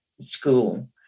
school